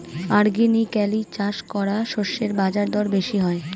organically চাষ করা শস্যের বাজারদর বেশি হয়